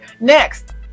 Next